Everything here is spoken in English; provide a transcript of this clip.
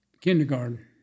kindergarten